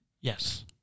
Yes